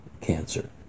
cancer